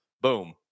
boom